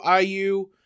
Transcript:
IU